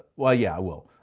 well yeah, i will.